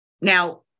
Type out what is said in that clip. Now